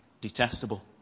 detestable